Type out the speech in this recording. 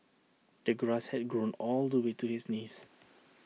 the grass had grown all the way to his knees